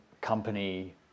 company